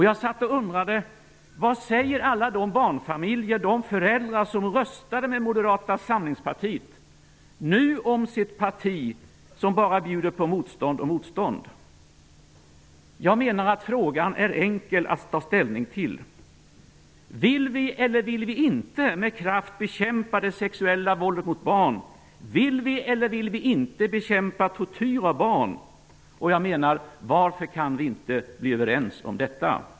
Jag satt och undrade vad alla de barnfamiljer och föräldrar som röstade med Moderata samlingspartiet nu säger om sitt parti, som bara bjuder på motstånd och motstånd. Jag menar att frågan är enkel att ta ställning till. Vill vi eller vill vi inte med kraft bekämpa det sexuella våldet mot barn? Vill vi eller vill vi inte bekämpa tortyr av barn? Varför kan vi inte bli överens om detta?